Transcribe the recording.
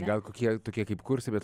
gal kokie tokie kaip kursai bet